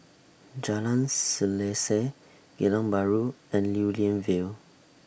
Jalan Selaseh Geylang Bahru and Lew Lian Vale